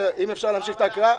אם אפשר להמשיך את ההקראה,